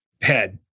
head